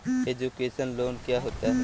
Education loan क्या होता है?